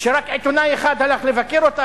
שרק עיתונאי אחד הלך לבקר אותה,